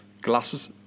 glasses